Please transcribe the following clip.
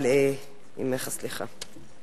עמך הסליחה.